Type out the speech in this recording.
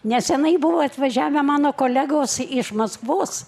nesenai buvo atvažiavę mano kolegos iš maskvos